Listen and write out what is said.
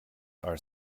are